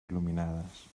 il·luminades